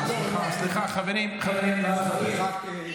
סליחה, חברים, חברים, נא לכבד.